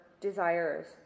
desires